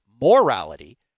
morality